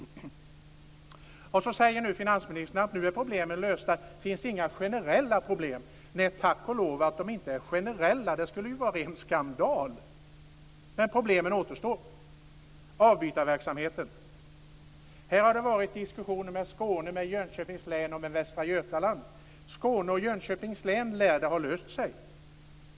Finansministern säger: Nu är problemen lösta. Det finns inga generella problem. Nej, tack och lov att de inte är generella! Det skulle vara ren skandal. Men problem återstår med avbytarverksamheten. Här har det varit diskussioner med Skåne län, Jönköpings län och Västra Götalands län. I Skåne län och Jönköpings län lär det ha löst sig.